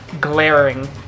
glaring